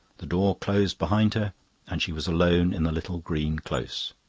the door closed behind her and she was alone in the little green close.